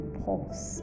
pause